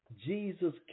Jesus